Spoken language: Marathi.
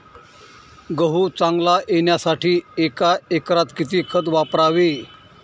गहू चांगला येण्यासाठी एका एकरात किती खत वापरावे?